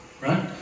Right